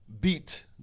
beat